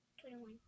twenty-one